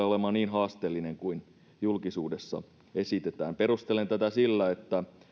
olemaan niin haasteellinen kuin julkisuudessa esitetään perustelen tätä sillä että